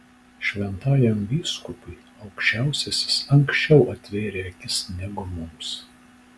šventajam vyskupui aukščiausiasis anksčiau atvėrė akis negu mums